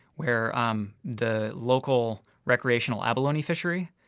where um the local recreational abalone fishery,